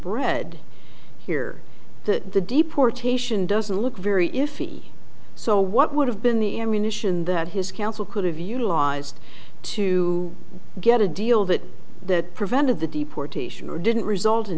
bread here to the deportation doesn't look very iffy so what would have been the ammunition that his counsel could have utilized to get a deal that that prevented the deportation or didn't result in